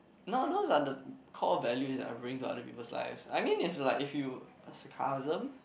no those are the core values that I bring to other people's life I mean if like if you uh sarcasm